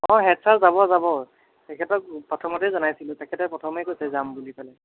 অঁ head sir যাব যাব তেখেতক প্ৰথমতেই জনাইছিলোঁ তেখেতে প্ৰথমেই কৈছে যাম বুলি পেলাই